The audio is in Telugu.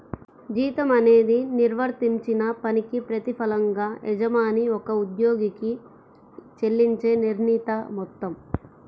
జీతం అనేది నిర్వర్తించిన పనికి ప్రతిఫలంగా యజమాని ఒక ఉద్యోగికి చెల్లించే నిర్ణీత మొత్తం